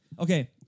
Okay